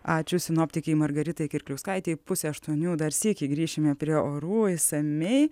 ačiū sinoptikei margaritai kirkliauskaitei pusė aštuonių dar sykį grįšime prie orų išsamiai